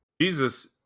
jesus